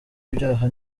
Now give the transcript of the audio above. ibyaha